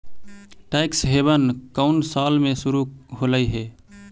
Tax haven कउन साल में शुरू होलई हे?